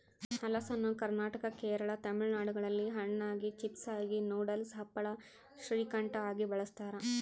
ಹಲಸನ್ನು ಕರ್ನಾಟಕ ಕೇರಳ ತಮಿಳುನಾಡುಗಳಲ್ಲಿ ಹಣ್ಣಾಗಿ, ಚಿಪ್ಸಾಗಿ, ನೂಡಲ್ಸ್, ಹಪ್ಪಳ, ಶ್ರೀಕಂಠ ಆಗಿ ಬಳಸ್ತಾರ